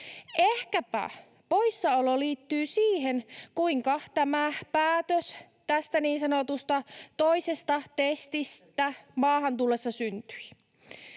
Ehkäpä poissaolo liittyy siihen, kuinka tämä päätös tästä niin sanotusta toisesta testistä maahan tullessa syntyi.